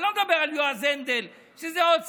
אני לא מדבר על יועז הנדל, שזה עוד סיפור,